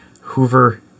Hoover